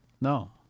No